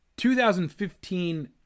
2015